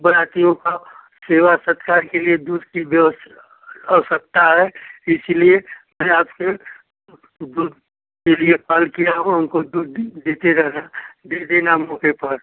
बारातियों का सेवा सत्कार के लिए दूध की व्यवस आवश्यकता है इसीलिए मैंने आपसे दूध के लिए कॉल किया हूँ हमको दूध दे दीजिएगा ना दे देना मौके पर